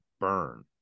burn